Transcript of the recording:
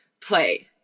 play